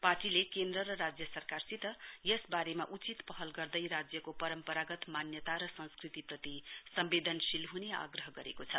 पार्टीले केन्द्र र राज्य सरकारसित यसबारे उचित पहल गर्दै राज्यको परम्परागत मान्यता र संस्कृतिप्रति सम्वेदनशील हुने आग्रह गरेको छ